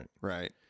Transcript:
right